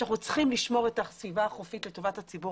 שאנחנו צריכים לשמור את הסביבה החופית לטובת הציבור